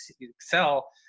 excel